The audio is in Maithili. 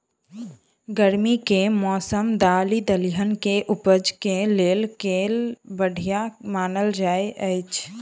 गर्मी केँ मौसम दालि दलहन केँ उपज केँ लेल केल बढ़िया मानल जाइत अछि?